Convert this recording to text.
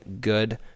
good